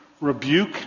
rebuke